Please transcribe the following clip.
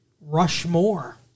Rushmore